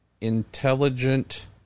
intelligent